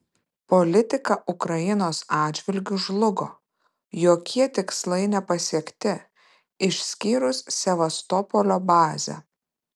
politika ukrainos atžvilgiu žlugo jokie tikslai nepasiekti išskyrus sevastopolio bazę